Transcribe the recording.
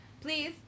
please